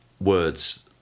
words